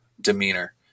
demeanor